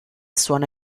suona